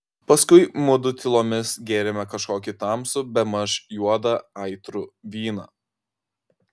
paskui mudu tylomis gėrėme kažkokį tamsų bemaž juodą aitrų vyną